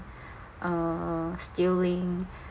uh stealing